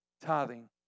tithing